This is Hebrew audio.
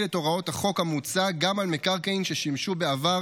את הוראות החוק המוצע גם על מקרקעין ששימשו בעבר